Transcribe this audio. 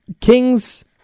Kings